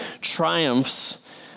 triumphs